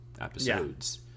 Episodes